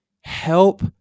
help